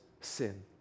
sin